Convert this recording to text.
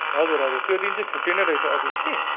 हजुर हजुर त्यो दिन चाहिँ छुट्टी नै रहेछ अफिस कि